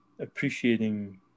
appreciating